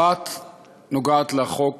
אחת נוגעת לחוק